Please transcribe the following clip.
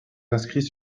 inscrits